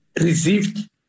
received